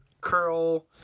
curl